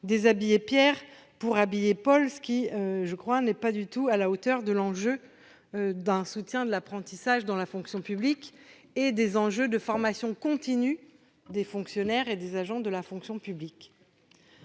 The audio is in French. déshabiller Pierre pour habiller Paul, ce qui n'est pas du tout à la hauteur des enjeux liés au soutien à l'apprentissage dans la fonction publique et à la formation continue des fonctionnaires et des agents de la fonction publique.